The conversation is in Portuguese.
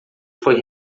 foi